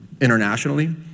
internationally